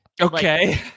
Okay